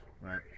Right